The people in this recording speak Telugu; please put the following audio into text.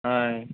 ఆయ్